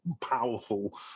powerful